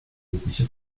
mögliche